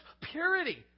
purity